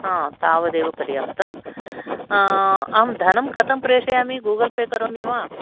तावदेव पर्याप्तम् अहं धनं कथं प्रेषयामि गूगल् पे करोमि वा